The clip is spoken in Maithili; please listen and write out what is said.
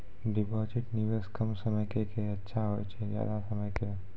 डिपॉजिट निवेश कम समय के के अच्छा होय छै ज्यादा समय के?